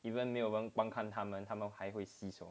even 没有人观看他们他们还会洗手